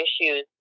issues